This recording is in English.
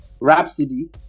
Rhapsody